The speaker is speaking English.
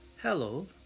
Hello